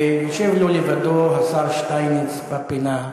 ויושב לו לבדו השר שטייניץ בפינה.